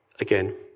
Again